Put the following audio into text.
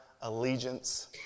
allegiance